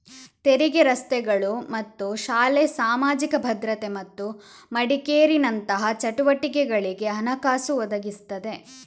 ತೆರಿಗೆ ರಸ್ತೆಗಳು ಮತ್ತು ಶಾಲೆ, ಸಾಮಾಜಿಕ ಭದ್ರತೆ ಮತ್ತು ಮೆಡಿಕೇರಿನಂತಹ ಚಟುವಟಿಕೆಗಳಿಗೆ ಹಣಕಾಸು ಒದಗಿಸ್ತದೆ